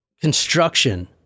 Construction